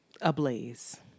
ablaze